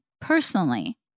personally